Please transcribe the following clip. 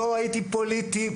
לא הייתי פוליטי.